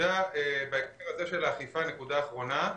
ובהקשר הזה של האכיפה, נקודה אחרונה: